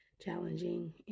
challenging